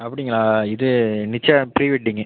அப்படிங்ளா இது நிச்சயம் ப்ரீ வெட்டிங்கு